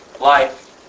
life